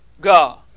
God